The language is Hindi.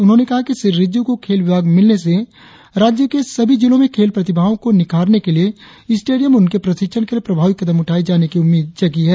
उन्होंने कहा कि श्री रिजिजू को खेल विभाग मिलने से राज्य के सभी जिलों में खेल प्रतिभाओ को निखारने के लिए स्टेडियम और उनके प्रशिक्षण के लिए प्रभावी कदम उठाने जाने की उम्मीद जगी है